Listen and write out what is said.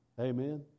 Amen